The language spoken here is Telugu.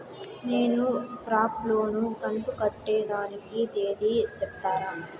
నేను క్రాప్ లోను కంతు కట్టేదానికి తేది సెప్తారా?